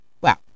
Wow